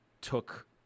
took